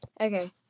Okay